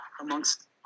amongst